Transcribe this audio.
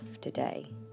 today